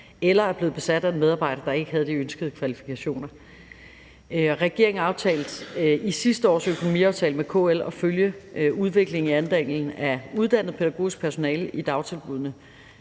eller er blevet besat af en medarbejder, der ikke havde de ønskede kvalifikationer. Regeringen aftalte i sidste års økonomiaftale med KL at følge udviklingen i andelen af uddannet pædagogisk personale i dagtilbuddene